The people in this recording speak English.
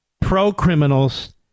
pro-criminals